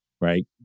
right